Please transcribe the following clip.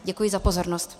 Děkuji za pozornost.